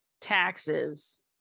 Taxes